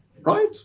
Right